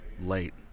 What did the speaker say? late